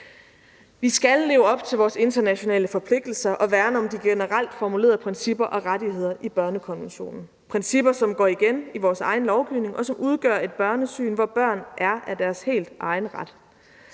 Vi skal leve op til vores internationale forpligtelser og værne om de generelt formulerede principper og rettigheder i børnekonventionen – principper, som går igen i vores egen lovgivning, og som udgør et børnesyn, hvor børnene er i deres helt egen ret.